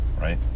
right